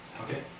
Okay